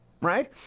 right